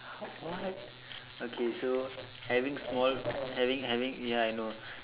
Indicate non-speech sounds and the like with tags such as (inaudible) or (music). what what (noise) okay so (noise) having small having having ya I know